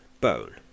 Bone